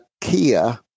Kia